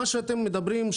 מה שאתם מדברים,